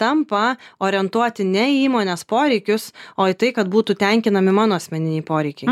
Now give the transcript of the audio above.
tampa orientuoti ne į įmonės poreikius o į tai kad būtų tenkinami mano asmeniniai poreikiai